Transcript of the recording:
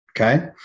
Okay